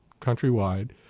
countrywide